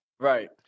Right